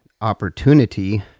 opportunity